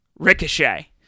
Ricochet